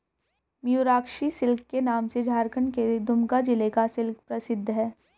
Mayurakshi silk के नाम से झारखण्ड के दुमका जिला का सिल्क प्रसिद्ध है